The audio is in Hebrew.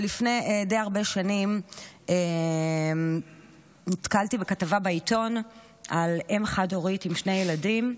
לפני די הרבה שנים נתקלתי בכתבה בעיתון על אם חד-הורית עם שני ילדים,